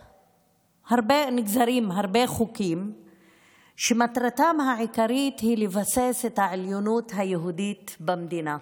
נגזרים הרבה חוקים שמטרתם העיקרית היא לבסס את העליונות היהודית במדינה,